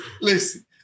listen